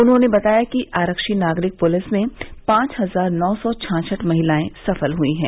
उन्होंने बताया कि आरक्षी नागरिक पुलिस में पांच हजार नौ सौ छाछठ महिलाए सफल हुई हैं